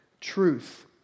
truth